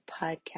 podcast